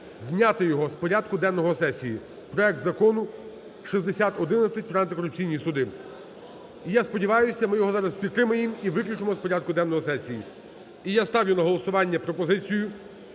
зняти його з порядку денного сесії, проект Закону 6011 про антикорупційні суди. І, я сподіваюся, ми його зараз підтримаємо і виключимо з порядку денного сесії. І я ставлю на голосування пропозицію